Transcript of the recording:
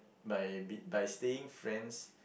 by by staying friends